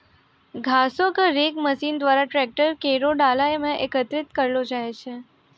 घासो क rake machine द्वारा ट्रैकर केरो डाला म एकत्रित करलो जाय छै